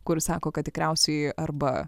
kur jis sako kad tikriausiai arba